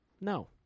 no